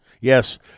Yes